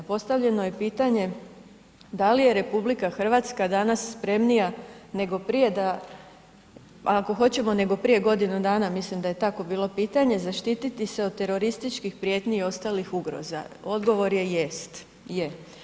Postavljeno je pitanje da li je RH danas spremnija nego prije, ako hoćemo nego prije godinu dana mislim da je takvo bilo pitanje, zaštititi se od terorističkih prijetnji i ostalih ugroza, odgovor je jest, je.